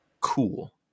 cool